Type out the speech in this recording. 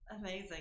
amazing